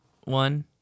one